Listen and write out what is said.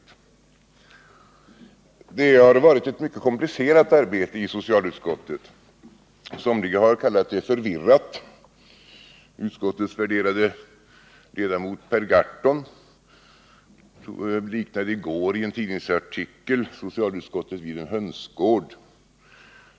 Det har varit ett mycket komplicerat arbete i socialutskottet. Somliga har kallat det förvirrat — utskottets värderade ledamot Per Gahrton liknade i går i en tidningsartikel socialutskottet vid en hönsgård.